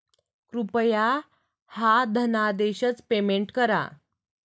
कृपया ह्या धनादेशच पेमेंट करा